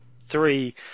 three